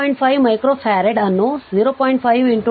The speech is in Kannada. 5 ಮೈಕ್ರೊ ಫರಾಡ್ ಅನ್ನು 0